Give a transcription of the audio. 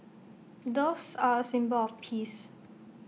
doves are A symbol of peace